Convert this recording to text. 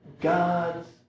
God's